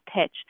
pitch